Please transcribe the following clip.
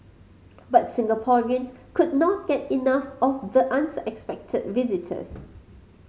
but Singaporeans could not get enough of the unexpected visitors